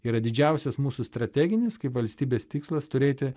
yra didžiausias mūsų strateginis kaip valstybės tikslas turėti